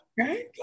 okay